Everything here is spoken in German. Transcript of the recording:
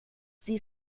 sie